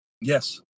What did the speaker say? Yes